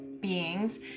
beings